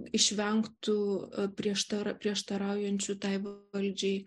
išvengtų priešta prieštaraujančių tai valdžiai